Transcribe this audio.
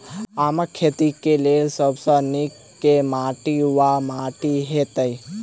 आमक खेती केँ लेल सब सऽ नीक केँ माटि वा माटि हेतै?